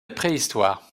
préhistoire